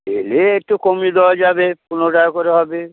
এলে একটু কমিয়ে দেওয়া যাবে পনেরো টাকা করে হবে